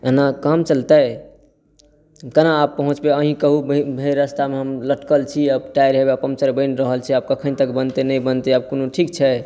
एना कऽ चलतै केना पहुँचबै अहीं कहू भरि रास्तामे हम लटकल छी तैयार हौ आ पन्चर बनि रहल छै कखन तक बनतै नहि बनतै आब कोनो ठीक छै